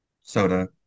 soda